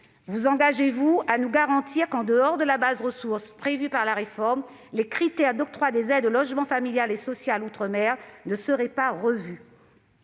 Vous engagez-vous à nous garantir que, en dehors de la base des ressources prévue par la réforme, les critères d'octroi des aides au logement à caractère familial et social ne seront pas revus